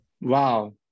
Wow